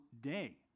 day